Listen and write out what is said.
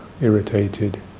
irritated